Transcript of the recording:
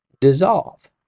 dissolve